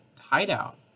hideout